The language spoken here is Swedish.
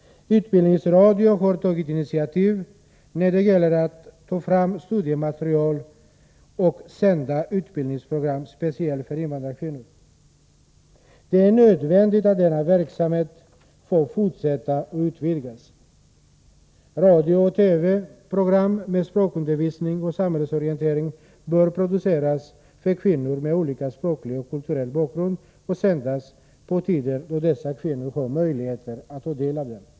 Utbildningsradion har tagit initiativ när det gäller att ta fram studiematerial och sända utbildningsprogram speciellt för invandrarkvinnor. Det är nödvändigt att denna verksamhet får fortsätta och utvidgas. Radiooch TV-program med språkundervisning och samhällsorientering bör produceras för kvinnor med olika språklig och kulturell bakgrund och sändas på tider då dessa kvinnor har möjlighet att ta del av dem.